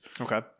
Okay